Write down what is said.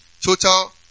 Total